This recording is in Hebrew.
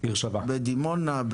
בדימונה?